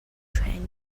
training